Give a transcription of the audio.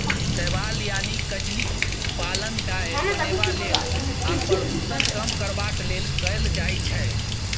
शैबाल यानी कजलीक पालन डाय बनेबा लेल आ प्रदुषण कम करबाक लेल कएल जाइ छै